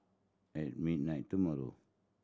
at midnight tomorrow